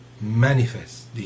manifest